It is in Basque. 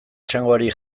txangoari